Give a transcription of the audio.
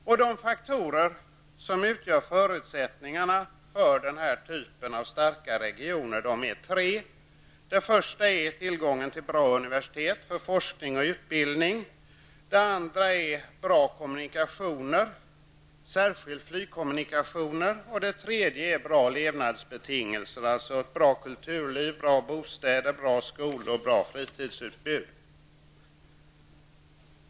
Det är tre faktorer som utgör förutsättningarna för den här typen av starka regioner, nämligen -- tillgången till bra universitet för forskning och utbildning, -- bra kommunikationer, särskilt flygkommunikationer, och -- bra levnadsbetingelser, alltså ett bra kulturliv, bra bostäder, bra skolor och bra fritidsutbud.